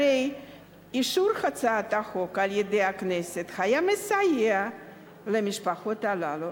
הרי אישור הצעת החוק על-ידי הכנסת היה מסייע למשפחות הללו.